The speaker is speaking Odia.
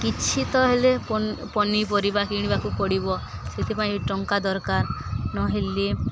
କିଛି ତ ହେଲେ ପନିପରିବା କିଣିବାକୁ ପଡ଼ିବ ସେଥିପାଇଁ ଟଙ୍କା ଦରକାର ନହେଲେ